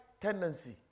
tendency